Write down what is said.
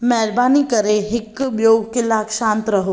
महिरबानी करे हिकु ॿियो कलाक शांत रहो